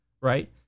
Right